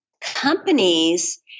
companies